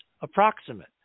approximate